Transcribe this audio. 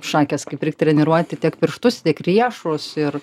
šakės kaip reik treniruoti tiek pirštus tiek riešus ir